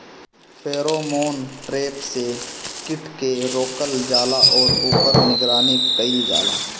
Pheromone trap से कीट के रोकल जाला और ऊपर निगरानी कइल जाला?